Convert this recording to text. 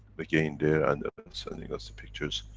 again there, and they're sending us the pictures.